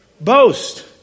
boast